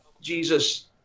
jesus